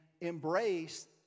embrace